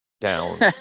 down